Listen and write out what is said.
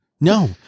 No